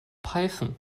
python